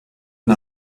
and